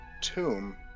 tomb